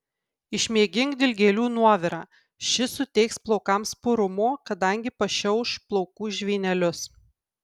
išmėgink dilgėlių nuovirą šis suteiks plaukams purumo kadangi pašiauš plaukų žvynelius